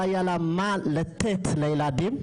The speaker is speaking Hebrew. לא היה לה מה לתת לילדים,